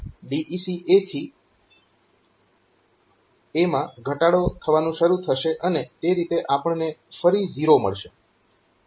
તો DEC A થી A માં ઘટાડો થવાનું શરુ થશે અને તે રીતે આપણને ફરી 0 મળશે